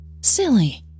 silly